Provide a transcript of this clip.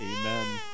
Amen